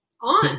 on